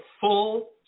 full